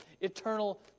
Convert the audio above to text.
eternal